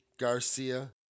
Garcia